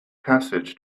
passage